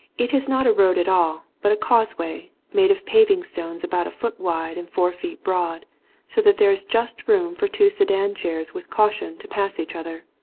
it is not a road at all but a causeway, made of paving stones about a foot wide and four feet broad so that there is just room for two sedan chairs with caution to pass each other.